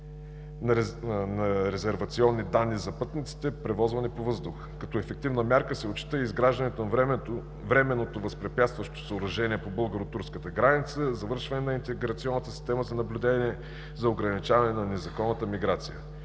на резервационни данни за пътниците, превозвани по въздух. Като ефективна мярка се отчита и изграждането на временното възпрепятстващо съоръжение по българо-турската граница, завършване на интегрираната система за наблюдение за ограничаване на незаконната миграция.